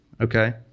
okay